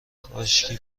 کاشکی